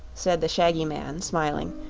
said the shaggy man, smiling.